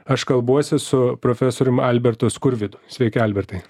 aš kalbuosi su profesorium albertu skurvydu sveiki albertai